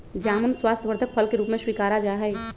जामुन स्वास्थ्यवर्धक फल के रूप में स्वीकारा जाहई